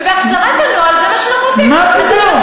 ובהחזרת הנוהל, זה מה שאנחנו עושים, מה פתאום.